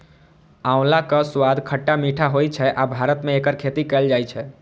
आंवलाक स्वाद खट्टा मीठा होइ छै आ भारत मे एकर खेती कैल जाइ छै